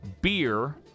beer